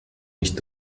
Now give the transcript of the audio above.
nicht